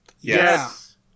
Yes